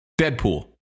Deadpool